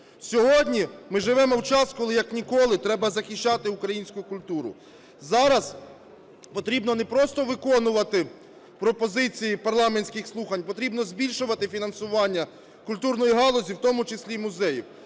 Сьогодні ми живемо в час, коли як ніколи треба захищати українську культуру. Зараз потрібно не просто виконувати пропозиції парламентських слухань - потрібно збільшувати фінансування культурної галузі, в тому числі музеїв.